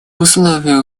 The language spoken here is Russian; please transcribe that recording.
условиях